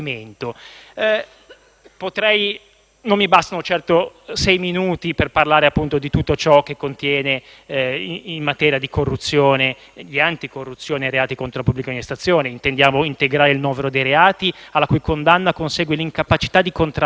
Non mi bastano sei minuti per parlare di tutto ciò che contiene il provvedimento in materia di anticorruzione e per i reati contro la pubblica amministrazione. Intendiamo integrare il novero dei reati alla cui condanna consegue l'incapacità di contrarre con la pubblica amministrazione